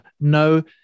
no